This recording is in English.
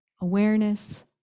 awareness